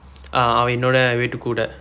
uh அவனுடைய:avanudaiya weight கூட:kuuda